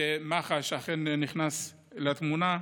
שמח"ש אכן נכנס לתמונה.